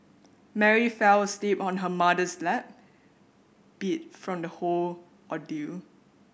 Mary fell asleep on her mother's lap beat from the whole ordeal